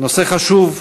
נושא חשוב: